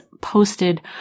posted